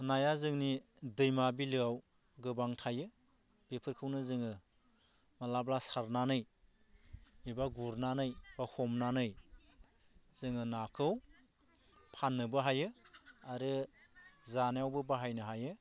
नाया जोंनि दैमा बिलोयाव गोबां थायो बेफोरखौनो जोङो मालाब्ला सारनानै एबा गुरनानै बा हमनानै जोङो नाखौ फाननोबो हायो आरो जानायावबो बाहायनो हायो